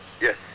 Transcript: Yes